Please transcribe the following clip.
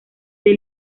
del